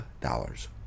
dollars